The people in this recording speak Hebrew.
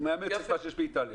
הוא מאמץ את מה שיש באיטליה.